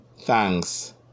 thanks